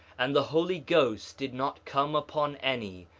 and the holy ghost did not come upon any,